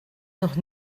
noch